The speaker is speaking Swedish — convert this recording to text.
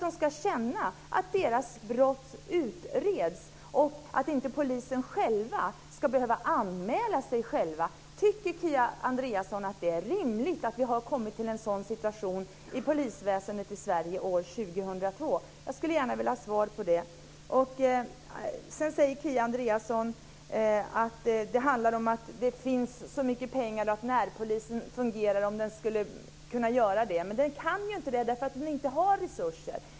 De ska känna att deras brott utreds, och polisen ska inte behöva anmäla sig själv. Tycker Kia Andreasson att det är rimligt att vi har kommit till en sådan här situation i polisväsendet i Sverige år 2002? Jag skulle gärna vilja ha svar på den frågan. Sedan säger Kia Andreasson att det finns så mycket pengar att närpolisen skulle kunna fungera, men den kan inte det därför att den inte har resurser.